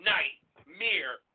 Nightmare